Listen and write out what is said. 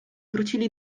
wrócili